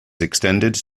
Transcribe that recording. extended